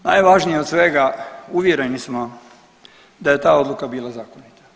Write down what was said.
Najvažnije od svega uvjereni smo da je ta odluka bila zakonita.